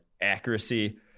accuracy